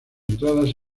entradas